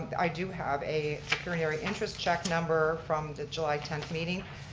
i do have a pecuniary interest check number from the july tenth meeting.